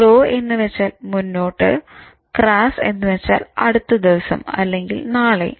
"pro" എന്ന് വച്ചാൽ "മുന്നോട്ട്" "ക്രാസ്സ്" എന്ന് വച്ചാൽ "അടുത്ത ദിവസം" അല്ലെങ്കിൽ "നാളെ"